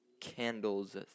Candles